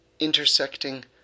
intersecting